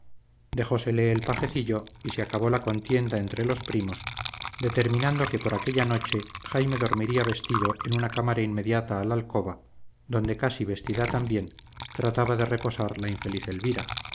su procedencia dejósele el pajecillo y se acabó la contienda entre los primos determinando que por aquella noche jaime dormiría vestido en una cámara inmediata a la alcoba donde casi vestida también trataba de reposar la infeliz elvira